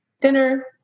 dinner